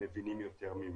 שמבינים יותר ממני.